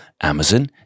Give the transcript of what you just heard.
Amazon